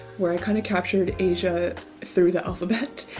where i kind of captured asia through the alphabet.